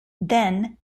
then